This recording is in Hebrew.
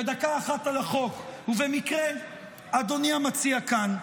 ודקה אחת על החוק, ובמקרה אדוני המציע כאן.